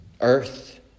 Earth